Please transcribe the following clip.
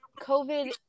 covid